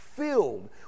filled